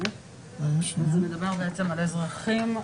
מדובר על אזרחים,